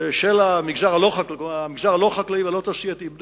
של המגזר הלא-חקלאי והלא-תעשייתי, משקי הבית.